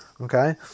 okay